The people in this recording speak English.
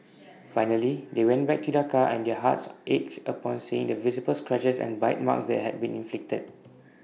finally they went back to their car and their hearts ached upon seeing the visible scratches and bite marks that had been inflicted